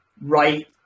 right